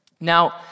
Now